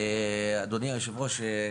אדוני היושב-ראש,